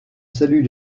salut